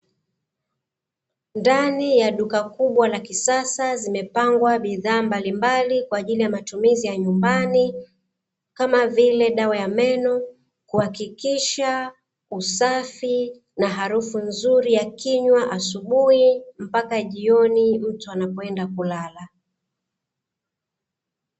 Ndani ya duka kubwa la kisasa, zimepangwa bidhaa mbalimbali kwa ajili ya matumizi ya nyumbani kama vile dawa ya meno kuhakikisha usafi na harufu nzuri ya kinywa asubuhi mpaka jioni mtu anapokwenda kulala.